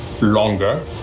longer